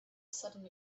sudden